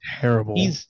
Terrible